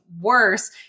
worse